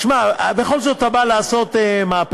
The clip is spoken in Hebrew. תשמע, בכל זאת אתה בא לעשות מהפכה.